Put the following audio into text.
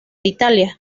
italia